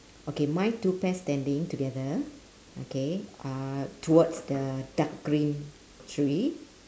okay mine two pairs standing together okay uh towards the dark green tree